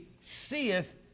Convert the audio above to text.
seeth